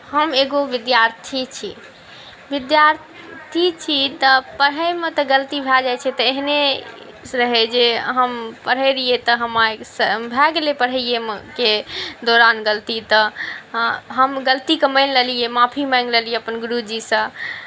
हम एगो विद्यार्थी छी विद्यार्थी छी तऽ पढ़ैमे तऽ गलती भए जाइत छै तऽ एहने रहै जे हम पढ़ैत रहियै तऽ हमरासँ भए गेलै पढ़ैए के दौरान गलती तऽ हम ग़लतीकेँ मानि लेलियै माफ़ी माँगि लेलियै अपन गुरूजीसँ